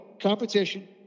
competition